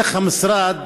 איך המשרד